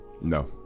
No